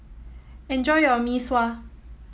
enjoy your Mee Sua